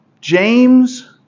James